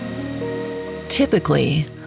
Typically